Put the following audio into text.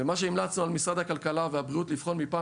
המלצתנו היא: על משרד הכלכלה והבריאות לבחון מפעם